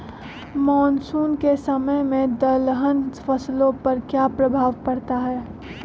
Monsoon के समय में दलहन फसलो पर क्या प्रभाव पड़ता हैँ?